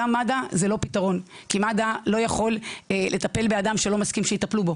גם מד"א זה לא פתרון כי מד"א לא יכול לטפל באדם שלא מסכים שיטפלו בו,